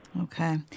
Okay